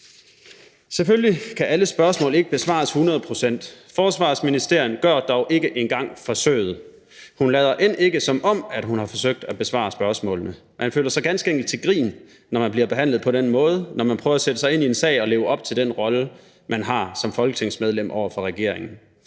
Selvfølgelig kan alle spørgsmål ikke besvares hundrede procent. Forsvarsministeren gør dog ikke engang forsøget. Hun lader end ikke, som om hun har forsøgt at besvare spørgsmålene. Man føler sig ganske enkelt til grin, når man bliver behandlet på den måde, når man prøver at sætte sig ind i en sag og leve op til den rolle, man har som folketingsmedlem over for regeringen.